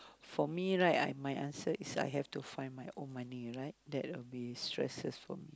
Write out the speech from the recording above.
for me right I my answer is I have to find my own money right that will be stresses for me